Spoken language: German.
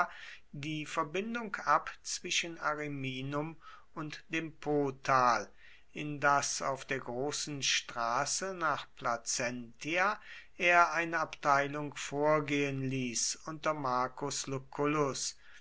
die verbindung ab zwischen ariminum und dem potal in das auf der großen straße nach placentia er eine abteilung vorgehen ließ unter marcus lucullus